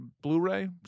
Blu-ray